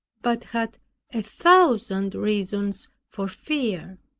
but had a thousand reasons for fear.